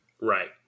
Right